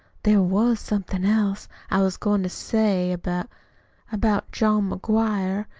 there was somethin' else i was goin' to say, about about john mcguire.